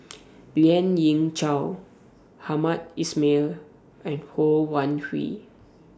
Lien Ying Chow Hamed Ismail and Ho Wan Hui